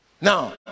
Now